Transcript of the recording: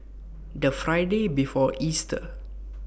The Friday before Easter